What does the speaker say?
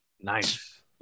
Nice